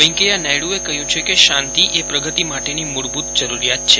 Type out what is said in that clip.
વેકૈયા નાયડુએ કહયું છે કે શાંતિ એ પ્રગતિ માટેની મુળભુત જરૂરીયાત છે